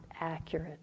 accurate